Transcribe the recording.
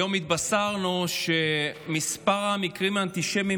היום התבשרנו שמספר המקרים האנטישמיים